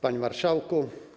Panie Marszałku!